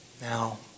Now